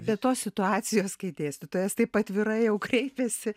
be tos situacijos kai dėstytojas taip atvirai jau kreipėsi